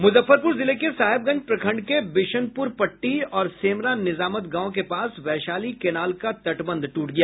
मुजफ्फरपुर जिले के साहेबगंज प्रखंड के विशनपुरपट्टी और सेमरा निजामत गाँव के पास वैशाली कैनाल का तटबंध ट्रट गया